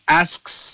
asks